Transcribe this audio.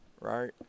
right